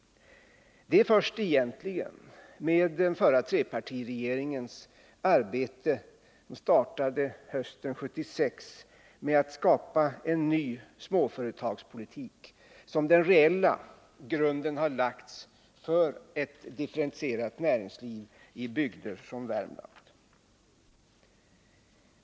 Det är egentligen först med den förra trepartiregeringens arbete, som startade hösten 1976, med att skapa en ny småföretagspolitik som den reella grunden för ett differentierat näringsliv i bygder som Värmland har lagts.